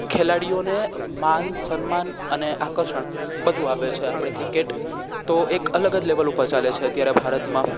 ખેલાડીઓને માન સન્માન અને આકર્ષણ બધું આપે છે આપણે ક્રિકેટ તો એક અલગ જ લેવલ ઉપર ચાલે છે અત્યારે ભારતમાં